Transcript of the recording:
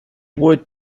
would